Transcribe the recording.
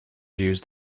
used